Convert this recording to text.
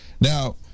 Now